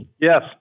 Yes